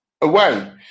away